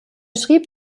schrieb